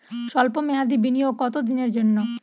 সল্প মেয়াদি বিনিয়োগ কত দিনের জন্য?